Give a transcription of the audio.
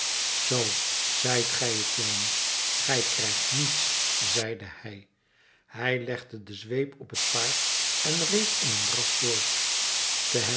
zoo zijt gij t jongen gij krijgt niets zeide hij hij legde de zweep op t paard en reed in een draf voort te